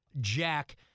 Jack